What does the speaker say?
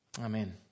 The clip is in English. Amen